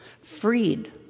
Freed